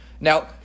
Now